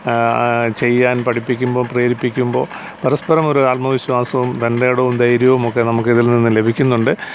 ചെയ്യാൻ പഠിപ്പിക്കുമ്പോള് പ്രേരിപ്പിക്കുമ്പോള് പരസ്പരം ഒരു ആത്മവിശ്വാസവും തൻറ്റേടവും ധൈര്യവും ഒക്കെ നമുക്ക് ഇതിൽ നിന്നും ലഭിക്കുന്നുണ്ട്